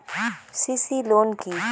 CC loan কি?